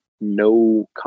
no